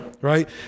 right